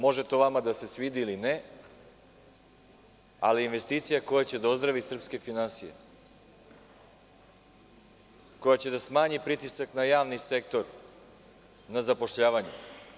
Može to vama da se svidi ili ne, ali investicije koje će da ozdrave srpske finansije, koje će da smanje pritisak na javni sektor, na zapošljavanje.